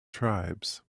tribes